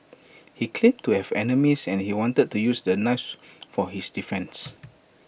he claimed to have enemies and he wanted to use the knives for his defence